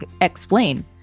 explain